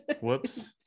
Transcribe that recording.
Whoops